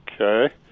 Okay